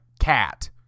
cat